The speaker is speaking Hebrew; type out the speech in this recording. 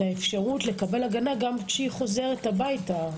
האפשרות לקבל הגנה גם כשהיא חוזרת הביתה.